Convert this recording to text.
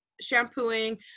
shampooing